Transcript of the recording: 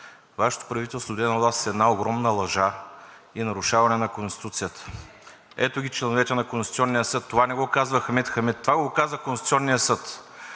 Вашето правителство дойде на власт с една огромна лъжа и нарушаване на Конституцията. Ето ги членовете на Конституционния съд, това не го казва Хамид Хамид, а това го каза Конституционният съд,